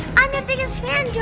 i'm your biggest fan,